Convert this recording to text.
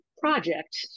project